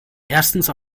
erstens